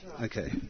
Okay